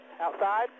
outside